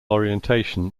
orientation